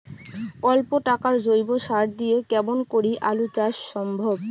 অল্প টাকার জৈব সার দিয়া কেমন করি আলু চাষ সম্ভব?